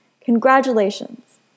Congratulations